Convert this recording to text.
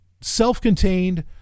self-contained